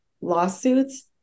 lawsuits